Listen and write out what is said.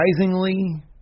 surprisingly